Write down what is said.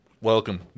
Welcome